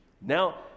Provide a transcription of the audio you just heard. Now